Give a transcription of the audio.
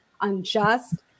unjust